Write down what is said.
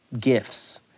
gifts